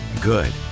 good